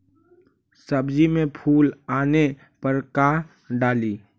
सब्जी मे फूल आने पर का डाली?